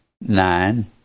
nine